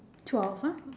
twelve ah